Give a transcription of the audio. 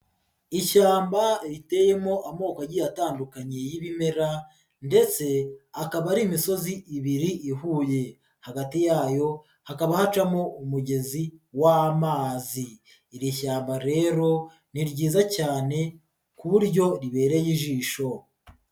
Ishyamba riteyemo amoko agiye atandukanye y'ibimera ndetse akaba ari imisozi ibiri ihuye, hagati yayo hakaba hacamo umugezi w'amazi. Iri shyamba rero ni ryiza cyane ku buryo ribereye ijisho.